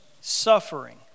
suffering